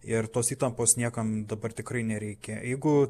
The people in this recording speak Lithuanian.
ir tos įtampos niekam dabar tikrai nereikia jeigu